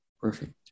Perfect